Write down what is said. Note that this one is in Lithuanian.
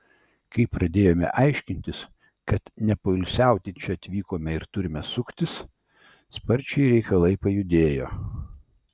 kai pradėjome aiškintis kad nepoilsiauti čia atvykome ir turime suktis sparčiai reikalai pajudėjo